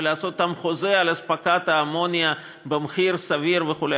ולעשות אתם חוזה על אספקת האמוניה במחיר סביר וכו',